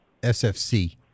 SFC